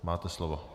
Máte slovo.